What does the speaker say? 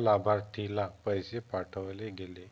अलाभार्थीला पैसे पाठवले गेले